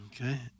Okay